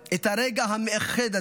את הרגע המאחד הזה,